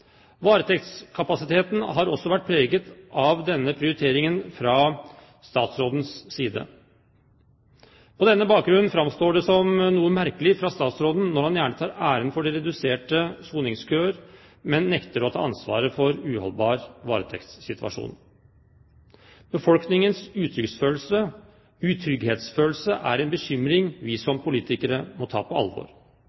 Varetektskapasiteten har også vært preget av denne prioriteringen fra statsrådens side. På denne bakgrunn framstår det som noe merkelig at statsråden gjerne tar æren for redusert soningskø, men nekter å ta ansvar for en uholdbar varetektssituasjon. Befolkningens utrygghetsfølelse er en bekymring vi som